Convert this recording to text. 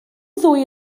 ddwy